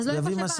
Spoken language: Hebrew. הוא יביא משאית,